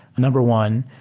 number one.